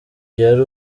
yari